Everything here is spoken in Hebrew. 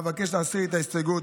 אבקש להסיר את ההסתייגויות.